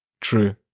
True